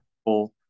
people